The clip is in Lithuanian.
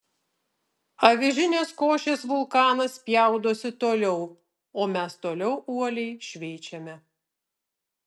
avižinės košės vulkanas spjaudosi toliau o mes toliau uoliai šveičiame